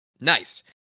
Nice